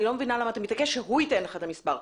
אני לא מבינה למה אתה מתעקש שהוא ייתן לך את המספר.